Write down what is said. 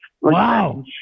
Wow